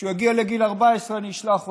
כשיגיע לגיל 14 אני אשלח אותו.